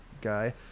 guy